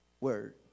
word